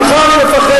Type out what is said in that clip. ממך אני מפחד.